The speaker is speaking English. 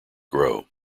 grow